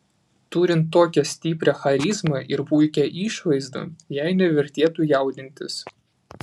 turint tokią stiprią charizmą ir puikią išvaizdą jai nevertėtų jaudintis